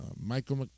Michael